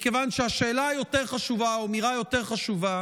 מכיוון שהשאלה היותר-חשובה או האמירה היותר-חשובה